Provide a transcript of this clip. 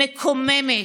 מקוממת.